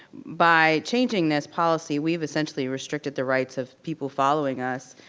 by changing this policy, we've essentially restricted the rights of people following us.